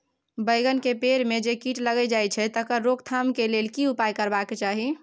बैंगन के पेड़ म जे कीट लग जाय छै तकर रोक थाम के लेल की उपाय करबा के चाही?